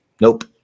Nope